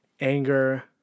anger